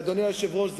אדוני היושב-ראש,